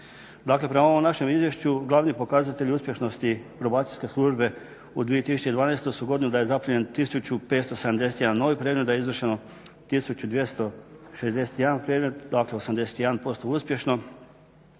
Dakle prema ovom našem izvješću glavni pokazatelji uspješnosti Probacijske službe u 2012. su da je zaprimljen 1571 novi predmet, da je izvršeno 1261 predmet dakle 81% uspješno,